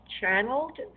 channeled